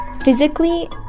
physically